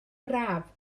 braf